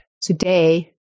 Today